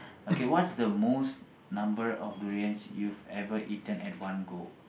okay what's the most number of durians you've ever eaten at one go